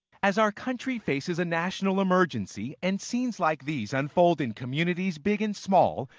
as our country faces a national emergency and scenes like these unfold in communities big and small,